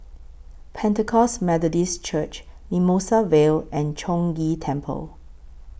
Pentecost Methodist Church Mimosa Vale and Chong Ghee Temple